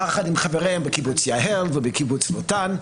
יחד עם חבריהם בקיבוץ יהל ובקיבוץ לוטן.